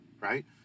right